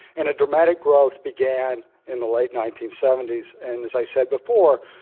and a dramatic growth began in the late nineteen seventy s. and as i said before,